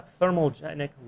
thermogenic